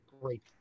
great